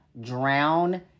Drown